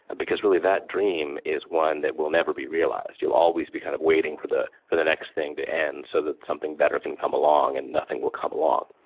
ah because really that dream is one that will never be realised, you will always be kind of waiting for the for the next thing to end so that something better can come along, and nothing will come along.